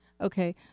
Okay